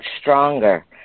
stronger